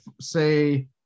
say